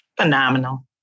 Phenomenal